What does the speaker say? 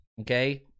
okay